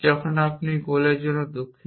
যখন আপনি গোল এর জন্য দুঃখিত